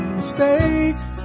mistakes